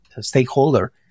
stakeholder